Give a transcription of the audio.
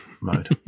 mode